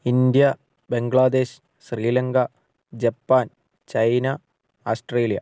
India Bangladesh Sri Lanka Japan China Australia